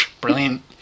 Brilliant